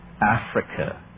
Africa